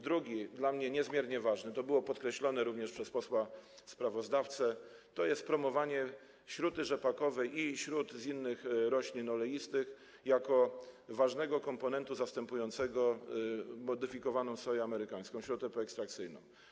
Drugi element, dla mnie niezmiernie ważny, to było podkreślone również przez posła sprawozdawcę, to promowanie śruty rzepakowej i śruty z innych roślin oleistych jako ważnego komponentu zastępującego modyfikowaną soję amerykańską, śrutę poekstrakcyjną.